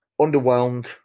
Underwhelmed